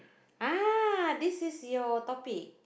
ah this is your topic